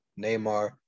Neymar